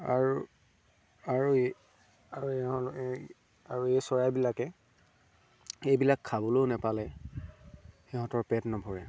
আৰু আৰু এই আৰু এই চৰাইবিলাকে এইবিলাক খাবলৈও নাপালে সিহঁতৰ পেট নভৰে